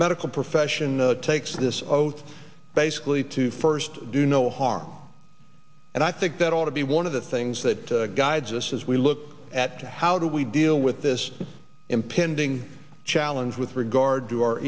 medical profession takes this both basically to first do no harm and i think that ought to be one of the things that guides us as we look at to how do we deal with this impending challenge with regard to our